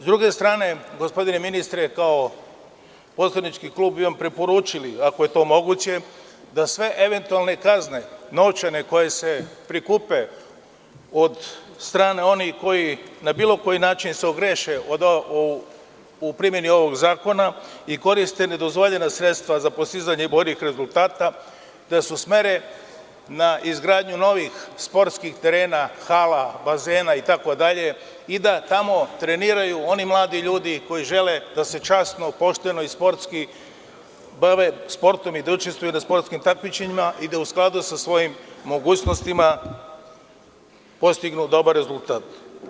S druge strane, gospodine ministre, kao poslanički klub bi vam preporučili, ako je to moguće, da sve eventualne kazne novčane koje se prikupe od strane onih koji na bilo koji način se ogreše u primeni ovog zakona i koriste nedozvoljena sredstva za postizanje boljih rezultata, da se usmere na izgradnju novih sportskih terena, hala, bazena, itd, i da tamo treniraju oni mladi ljudi koji žele da se časno, pošteno i sportski bave sportom i da učestvuju na sportskim takmičenjima i da u skladu sa svojim mogućnostima postignu dobar rezultat.